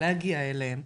להגיע אליהם,